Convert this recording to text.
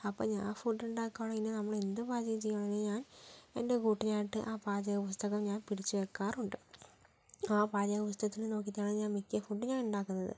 അപ്പോൾ ഞാൻ ഫുഡ് ഉണ്ടാക്കുവാണെങ്കില് നമ്മളെന്ത് പാചകം ചെയ്യാണെങ്കിലും ഞാൻ എന്റെ കൂട്ടിനായിട്ട് ആ പാചക പുസ്തകം ഞാൻ പിടിച്ചു വയ്ക്കാറുണ്ട് ആ പാചക പുസ്തകത്തിൽ നോക്കിയിട്ടാണ് ഞാൻ മിക്ക ഫുഡും ഞാൻ ഉണ്ടാക്കുന്നത്